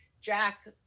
Jack